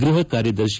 ಗೃಹ ಕಾರ್ಯದರ್ಶಿ